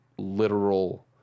Literal